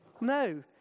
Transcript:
No